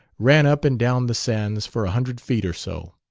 ran up and down the sands for a hundred feet or so.